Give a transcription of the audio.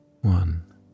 one